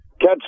catch